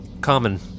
Common